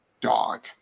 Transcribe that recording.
dog